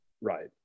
Right